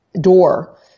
door